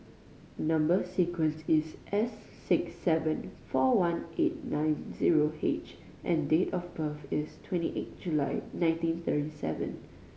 number sequence is S six seven four one eight nine zero H and date of birth is twenty eight July nineteen thirty seven